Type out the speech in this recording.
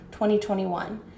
2021